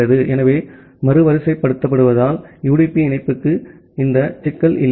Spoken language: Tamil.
எனவே மறுவரிசைப்படுத்துவதால் யுடிபி இணைப்புக்கு இந்த சிக்கல் இல்லை